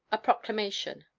a proclamation.